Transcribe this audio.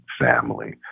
family